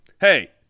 hey